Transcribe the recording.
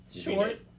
Short